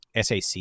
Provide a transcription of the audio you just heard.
SAC